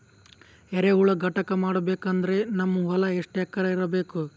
ಎರೆಹುಳ ಘಟಕ ಮಾಡಬೇಕಂದ್ರೆ ನಮ್ಮ ಹೊಲ ಎಷ್ಟು ಎಕರ್ ಇರಬೇಕು?